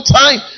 time